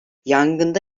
yangında